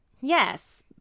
yes